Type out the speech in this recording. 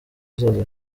hazaza